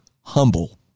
humble